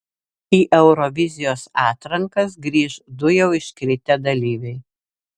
į eurovizijos atrankas grįš du jau iškritę dalyviai